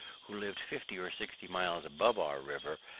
who lived fifty or sixty miles above our river,